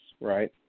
right